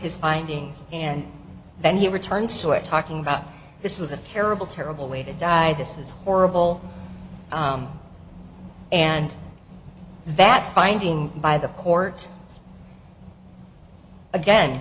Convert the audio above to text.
his findings and then he returns to it talking about this was a terrible terrible way to die this is horrible and that finding by the court again